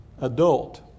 adult